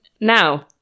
Now